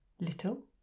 Little